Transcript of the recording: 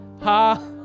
ha